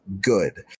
good